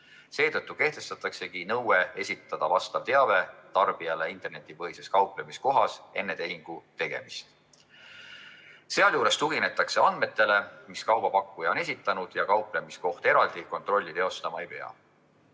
Seetõttu kehtestataksegi nõue esitada vastav teave tarbijale internetipõhises kauplemiskohas enne tehingu tegemist. Sealjuures tuginetakse andmetele, mis kauba pakkuja on esitanud, ja kauplemiskoht eraldi kontrolli teostama ei pea.